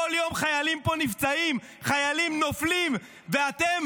בכל יום חיילים פה נפצעים, חיילים נופלים, ואתם